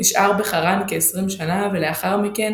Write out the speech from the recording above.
נשאר בחרן כעשרים שנה ולאחר מכן